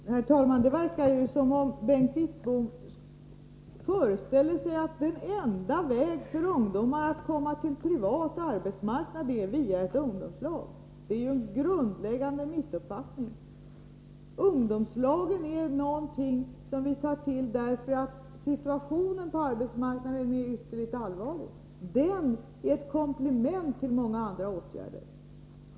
Herr talman! Det verkar som om Bengt Wittbom föreställer sig att den enda möjligheten för ungdomar att komma in på den privata arbetsmarknaden är att gå via ett ungdomslag. Det är en grundlig missuppfattning. Ungdomslagen är något som vi tar till eftersom situationen på arbetsmarknaden är ytterligt allvarlig. Det är ett komplement till många andra åtgärder.